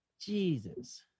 Jesus